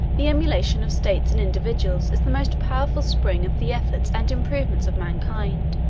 the emulation of states and individuals is the most powerful spring of the efforts and improvements of mankind.